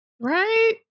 Right